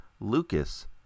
Lucas